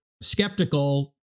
skeptical